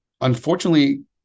unfortunately